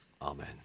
Amen